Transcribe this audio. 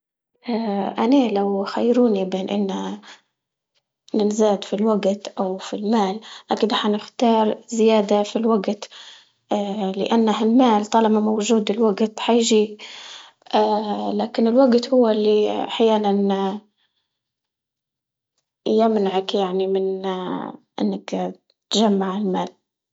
أني لو خيروني بين إن ننزاد في الوقت أو في المال أكيد حنختار زيادة في الوقت، لأنه المال طالما موجود الوقت حييجي، لكن الوقت هو اللي أحياناً يمنعك يعني من إنك تجمع المال.